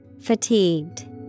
Fatigued